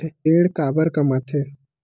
ऋण काबर कम आथे?